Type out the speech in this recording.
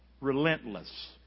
Relentless